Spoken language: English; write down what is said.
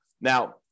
Now